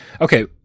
Okay